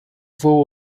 voor